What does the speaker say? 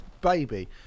baby